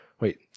wait